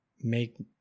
make